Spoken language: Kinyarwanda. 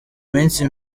minsi